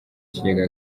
kigega